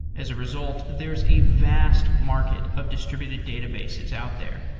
as a result, there is a vast market of distributed databases out there,